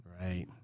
right